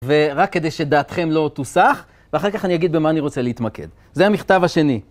ורק כדי שדעתכם לא תוסח, ואחר כך אני אגיד במה אני רוצה להתמקד. זה המכתב השני.